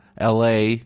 LA